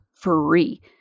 free